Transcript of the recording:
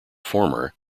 former